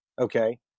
okay